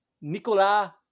Nicola